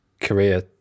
career